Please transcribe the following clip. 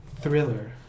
thriller